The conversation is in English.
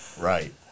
Right